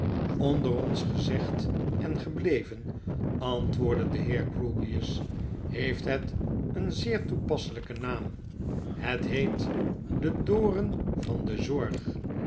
onder ons gezegd en gebleven antwoordde de heer grewgious heeft het een zeer toepasselijken naam het heet de doren van de zorg